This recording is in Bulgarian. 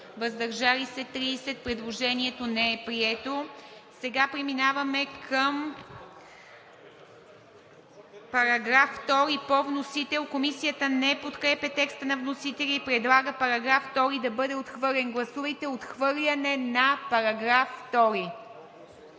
въздържали се 30. Предложението не е прието. Преминаваме към § 2 по вносител. Комисията не подкрепя текста на вносителя и предлага § 2 да бъде отхвърлен. Гласуваме отхвърлянето на § 2.